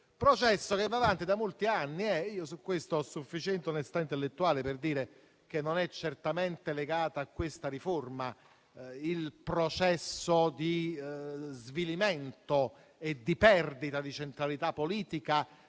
processo che va avanti da molti anni e io su questo ho sufficiente onestà intellettuale per dire che non è certamente legato a questa riforma il processo di svilimento e di perdita di centralità politica,